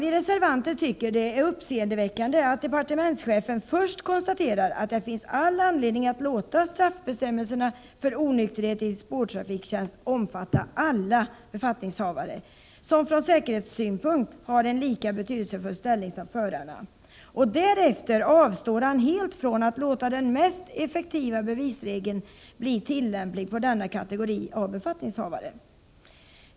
Vi reservanter tycker det är uppseendeväckande att departementschefen först konstaterar att det finns all anledning att låta straffbestämmelsen för onykterhet i spårtrafiktjänst omfatta alla befattningshavare som från säkerhetssynpunkt har en lika betydelsefull ställning som förarna och därefter helt avstår från att låta den mest effektiva bevisregeln bli tillämplig på denna kategori av befattningshavare.